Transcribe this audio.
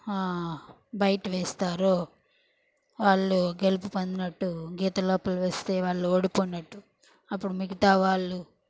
బయట వేస్తారో వాళ్ళు గెలుపు పొందినట్టు గీత లోపల వేస్తే వాళ్ళు ఓడిపోయినట్టు అప్పుడు మిగతా వాళ్ళు